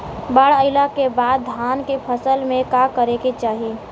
बाढ़ आइले के बाद धान के फसल में का करे के चाही?